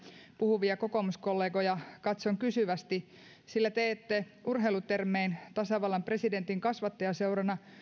puhuvia kokoomuskollegoja katson kysyvästi sillä te ette urheilutermein tasavallan presidentin kasvattajaseurana